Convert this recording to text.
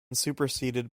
superseded